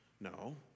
No